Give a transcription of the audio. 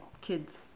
kids